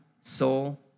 soul